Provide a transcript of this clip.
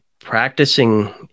Practicing